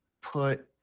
put